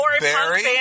Barry